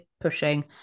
pushing